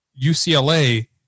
UCLA